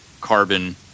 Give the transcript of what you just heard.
carbon